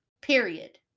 Period